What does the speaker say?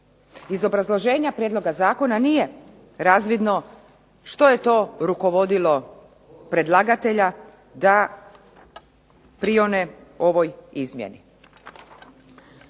Iz obrazloženja prijedloga zakona nije razvidno što je to rukovodilo predlagatelja da prione ovoj izmjeni.